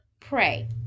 pray